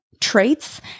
traits